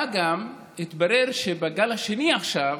מה גם, התברר שבגל השני, עכשיו,